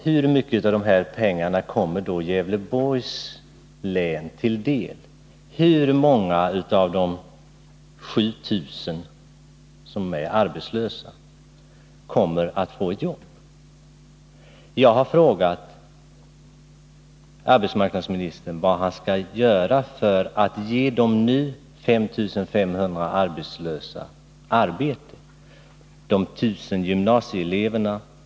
Hur mycket av dessa pengar kommer då Gävleborgs län till del? Hur många av de 7 000 arbetslösa kommer att få ett jobb? Jag har frågat arbetsmarknadsministern vad han skall göra för att ge de nu 5500 arbetslösa arbete.